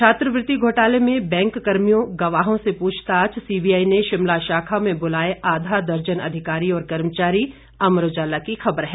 छात्रवृत्ति घोटाले में बैंक कर्मियों गवाहों से पूछताछ सीबीआई ने शिमला शाखा में ब्रलाए आधा दर्जन अधिकारी और कर्मचारी अमर उजाला की खबर है